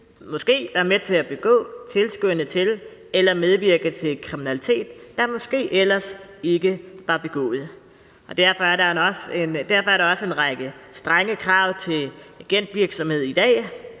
måske være med til at begå, tilskynde til eller medvirke til kriminalitet, der måske ellers ikke var begået. Derfor er der også en række strenge krav til agentvirksomhed i dag.